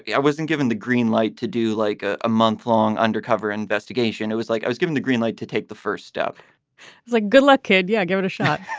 i wasn't given the green light to do like ah a month long undercover investigation. it was like i was given the green light to take the first step like good luck, kid. yeah, give it a shot.